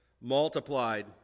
multiplied